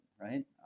right